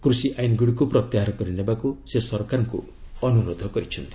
କୃଷି ଆଇନ୍ଗୁଡ଼ିକୁ ପ୍ରତ୍ୟାହାର କରିନେବାକୁ ସେ ସରକାରଙ୍କ ଅନ୍ତାରୋଧ କରିଛନ୍ତି